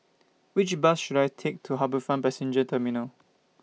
Which Bus should I Take to HarbourFront Passenger Terminal